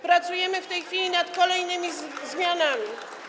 Pracujemy w tej chwili nad kolejnymi zmianami.